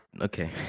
okay